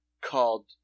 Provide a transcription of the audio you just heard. called